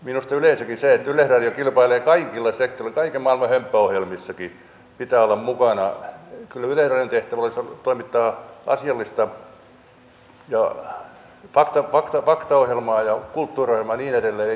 kun yleisradio kilpailee kaikilla sektoreilla kaiken maailman hömppäohjelmissakin pitää olla mukana minusta yleensäkin yleisradion tehtävä olisi kyllä toimittaa asiallista faktaohjelmaa ja kulttuuriohjelmaa ja niin edelleen